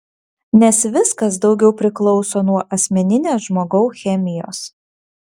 nes viskas daugiau priklauso nuo asmeninės žmogau chemijos